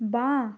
বাঁ